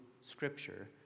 scripture